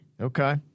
Okay